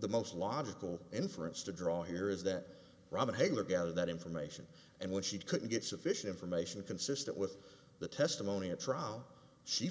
the most logical inference to drawing here is that robin hagar gather that information and when she could get sufficient information consistent with the testimony at trial she